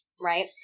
right